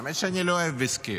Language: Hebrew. האמת שאני לא אוהב ויסקי.